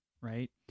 right